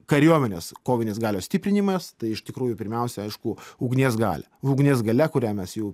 kariuomenės kovinės galios stiprinimas tai iš tikrųjų pirmiausia aišku ugnies galia ugnies galia kurią mes jau